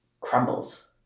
crumbles